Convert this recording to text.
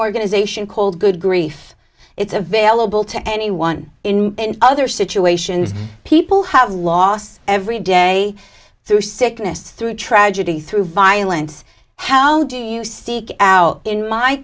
organization called good grief it's available to anyone in other situations people have lost every day through sickness through tragedy through violence how do you seek out in my